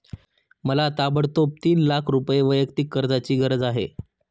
मला ताबडतोब तीन लाख रुपये वैयक्तिक कर्जाची गरज आहे